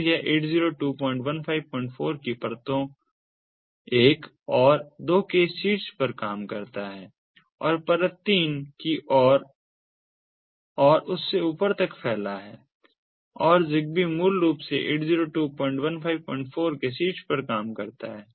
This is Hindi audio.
तो यह 802154 की परतों 1 और 2 के शीर्ष पर काम करता है और परत 3 की ओर और उससे ऊपर तक फैला है और ZigBee मूल रूप से 802154 के शीर्ष पर काम करता है